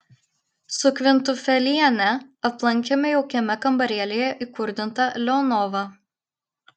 su kvintufeliene aplankėme jaukiame kambarėlyje įkurdintą leonovą